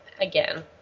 again